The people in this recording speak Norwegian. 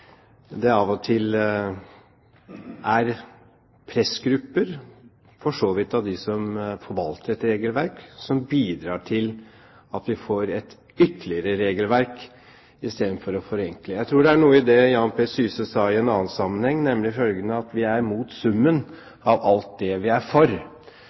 det av og til er pressgrupper, for så vidt av dem som forvalter dette regelverket, som bidrar til at vi får et ytterligere regelverk, i stedet for å forenkle. Jeg tror det er noe i det som Jan P. Syse sa i en annen sammenheng, nemlig at vi er imot summen av alt det vi er for.